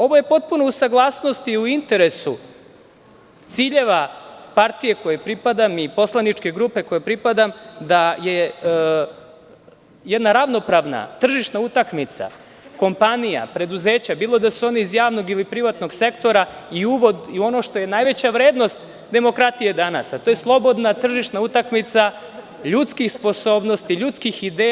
Ovo je potpuno u saglasnosti, interesu ciljeva partije kojoj pripadam i poslaničke grupe kojoj pripadam, da je jedna ravnopravna, tržišna utakmica, kompanija, preduzeće, bilo da su oni iz javnog ili privatnog sektora i uvod u ono što je najveća vrednost demokratije danas, a to je slobodna tržišna utakmica ljudskih sposobnosti, ljudskih ideja.